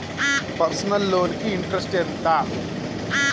Personal loan కి interest ఎంత?